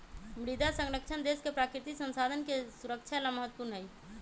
मृदा संरक्षण देश के प्राकृतिक संसाधन के सुरक्षा ला महत्वपूर्ण हई